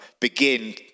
begin